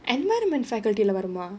environment faculty leh வருமா:varumaa